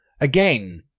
Again